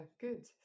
good